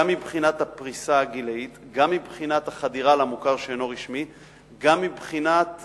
גם מבחינת הפריסה הגילית, גם מבחינת